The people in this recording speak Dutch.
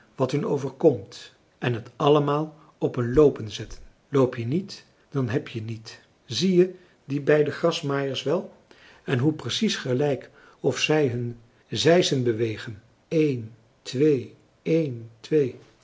wat hun overkomt en het allemaal op een loopen zetten loop je niet dan heb je niet zie je die beide grasmaaiers wel en hoe precies gelijk of zij hun zeisen bewegen een twee een twee